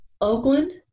Oakland